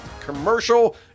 commercial